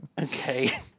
Okay